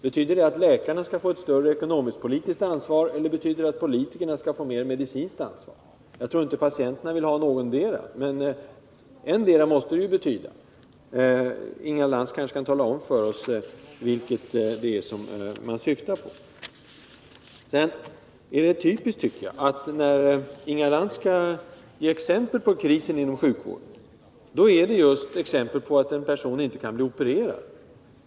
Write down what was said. Betyder det att läkarna skall få ett större ekonomiskt-politiskt ansvar eller betyder det att politikerna skall få mer medicinskt ansvar? Inga Lantz kanske kan tala om för oss vad man syftar på. Det är typiskt, tycker jag, att när Inga Lantz ger exempel på krisen inom sjukvården nämner hon just en person som inte kan bli opererad.